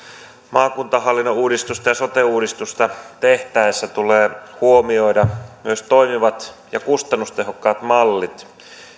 maakuntahallinnon uudistusta ja sote uudistusta tehtäessä tulee huomioida myös toimivat ja kustannustehokkaat mallit